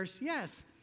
yes